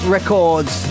Records